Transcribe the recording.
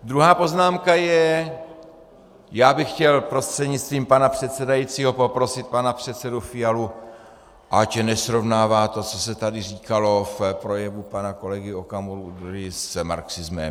Druhá poznámka je, já bych chtěl prostřednictvím pana předsedajícího poprosit pana předsedu Fialu, ať nesrovnává to, co se tady říkalo v projevu pana kolegy Okamury, s marxismem.